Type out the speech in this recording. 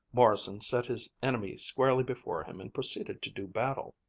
morrison set his enemy squarely before him and proceeded to do battle.